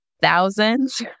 thousands